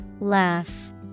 Laugh